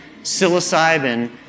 psilocybin